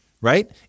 right